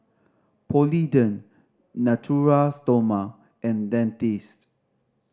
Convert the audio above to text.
Polident Natura Stoma and Dentiste